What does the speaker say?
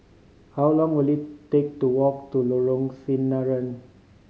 how long will it take to walk to Lorong Sinaran